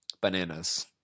Bananas